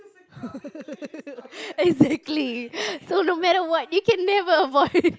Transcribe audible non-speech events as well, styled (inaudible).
(laughs) exactly (noise) so no matter what you can't never avoid